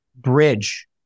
bridge